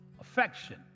affection